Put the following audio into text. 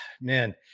man